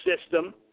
system